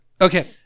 Okay